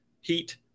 Heat